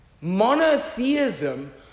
Monotheism